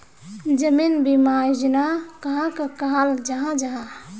जीवन बीमा योजना कहाक कहाल जाहा जाहा?